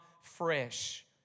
fresh